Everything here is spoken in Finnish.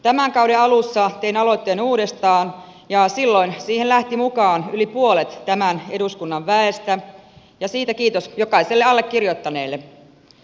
tämän kauden alussa tein aloitteen uudestaan ja silloin siihen lähti mukaan yli puolet tämän eduskunnan väestä ja siitä kiitos jokaiselle allekirjoittaneelle